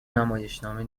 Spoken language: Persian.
نمایشنامه